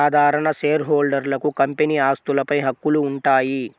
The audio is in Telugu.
సాధారణ షేర్హోల్డర్లకు కంపెనీ ఆస్తులపై హక్కులు ఉంటాయి